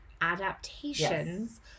adaptations